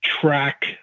track